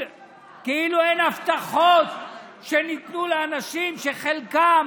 כאילו אין הבטחות שניתנו לאנשים שחלקם